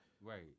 right